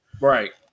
Right